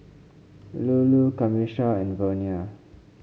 Lulu Camisha and Vernia